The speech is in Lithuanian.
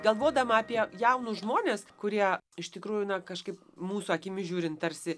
galvodama apie jaunus žmones kurie iš tikrųjų na kažkaip mūsų akimis žiūrint tarsi